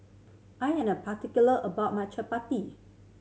I am a particular about my